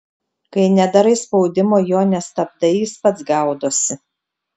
kai nedarai spaudimo jo nestabdai jis pats gaudosi